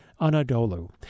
Anadolu